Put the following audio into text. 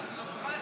לסעיף 1